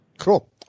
Cool